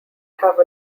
have